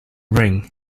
ring